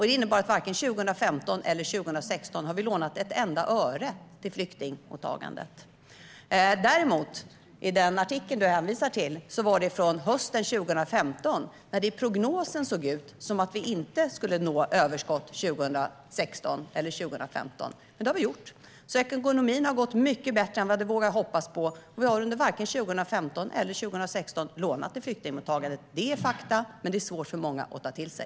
Det innebär att vi varken 2015 eller 2016 lånade ett enda öre till flyktingmottagandet. Den artikel du hänvisar till är dock från hösten 2015. Då såg det i prognosen ut som om vi inte skulle nå överskott 2016 eller 2015. Men det har vi gjort. Så ekonomin har gått mycket bättre än vad vi vågat hoppas på, och varken 2015 eller 2016 lånade vi till flyktingmottagandet. Det är fakta, men det är svårt för många att ta till sig.